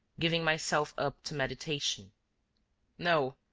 giving myself up to meditation no,